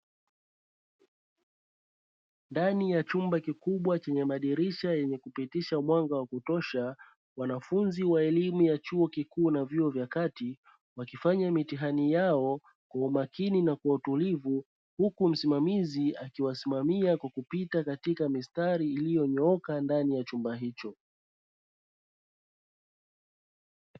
Ndani ya chumba kikubwa chenye madirisha yenye kupitisha mwanga wa kutosha, wanafunzi wa elimu ya chuo kikuu na vyuo vya kati wakifanya mitihani yao kwa umakini na kwa utulivu, huku msimamizi akiwasimamia kwa kupita katika mistari iliyonyooka ndani ya chumba hicho.